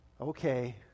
Okay